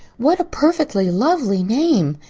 what a perfectly lovely name!